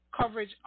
Coverage